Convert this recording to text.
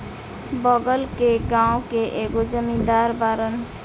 बगल के गाँव के एगो जमींदार बाड़न